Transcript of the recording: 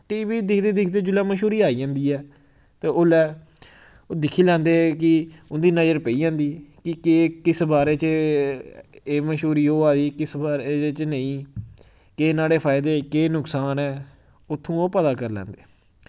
T V दिखदे दिखदे जुल्लै मश्हूरी आई जन्दी ऐ ते उल्लै ओह् दिक्खी लैंदे कि उं'दी नजर पेई जंदी कि केह् किस बारे च एह् मश्हूरी होआ दी किस बारे च नेईं केह् नोह्ड़े फायदे केह् नकसान ऐ उत्थूं ओह् पता करी लैंदे